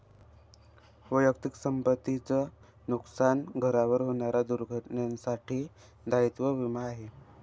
वैयक्तिक संपत्ती च नुकसान, घरावर होणाऱ्या दुर्घटनेंसाठी दायित्व विमा आहे